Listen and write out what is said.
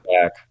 back